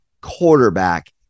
quarterback